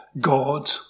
God